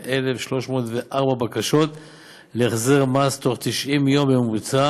248,304 בקשות להחזר מס בתוך 90 יום בממוצע